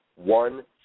One